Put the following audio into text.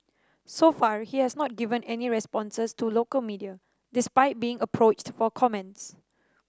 so far he has not given any responses to local media despite being approached for comments